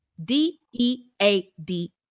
D-E-A-D